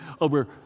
over